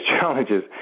challenges